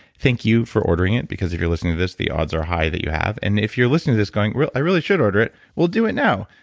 thank you for ordering it because if you're listening to this, the odds are high that you have. and if you're listening to this going, i really should order it, well, do it now.